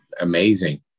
amazing